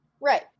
Right